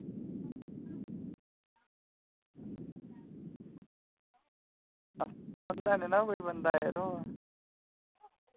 थ्होंदा नना कोई बंदा यरो